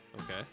Okay